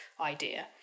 idea